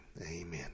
Amen